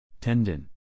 Tendon